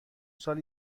سال